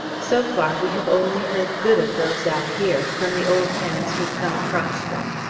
so far we have only heard good of those out here, from the old hands who've come across them.